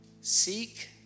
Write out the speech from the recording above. Seek